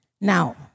Now